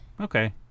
Okay